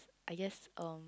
I guess um